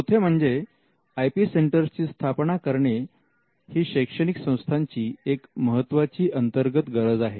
चौथे म्हणजे I P सेंटरची स्थापना करणे ही शैक्षणिक संस्थांची एक महत्त्वाची अंतर्गत गरज आहे